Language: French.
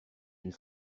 une